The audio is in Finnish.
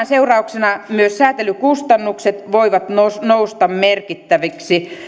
seurauksena myös säätelyn kustannukset voivat nousta merkittäviksi